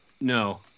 No